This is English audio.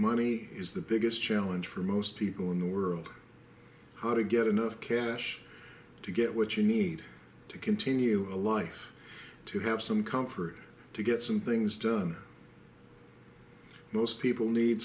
money is the biggest challenge for most people in the world how to get enough cash to get what you need to continue a life to have some comfort to get some things done most people need